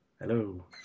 Hello